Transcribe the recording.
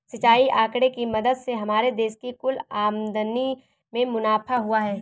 सिंचाई आंकड़े की मदद से हमारे देश की कुल आमदनी में मुनाफा हुआ है